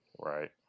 Right